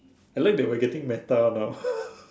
I like that we are getting meta now